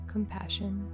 compassion